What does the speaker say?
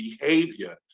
behavior